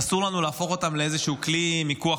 אסור לנו להפוך אותם לאיזשהו כלי מיקוח